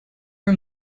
her